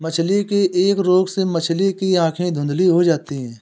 मछली के एक रोग से मछली की आंखें धुंधली हो जाती है